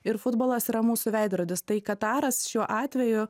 ir futbolas yra mūsų veidrodis tai kataras šiuo atveju